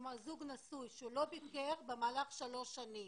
כלומר זוג נשוי שלא ביקר במהלך שלוש שנים,